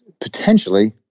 potentially